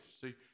See